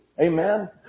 Amen